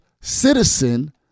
citizen